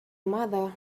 mother